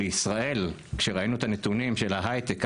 בישראל כשראינו את הנתונים של ההייטק,